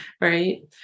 right